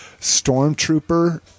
Stormtrooper